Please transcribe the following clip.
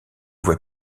voie